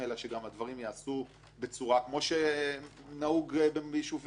הדברים ייעשו כפי שנהוג בישובים אחרים.